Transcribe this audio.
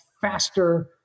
faster